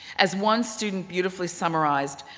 as one student beautifully summarized,